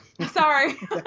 Sorry